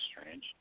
strange